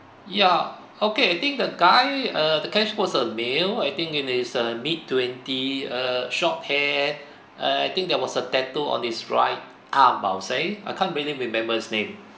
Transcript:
ya okay I think the guy uh the cashier was a male I think in his uh mid twenty a short hair err I think there was a tattoo on his right arm I'll say I can't really remember his name